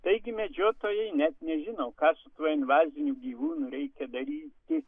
taigi medžiotojai net nežino ką su tuo invaziniu gyvų reikia daryti